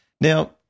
Now